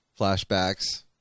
Flashbacks